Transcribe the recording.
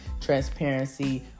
transparency